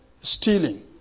stealing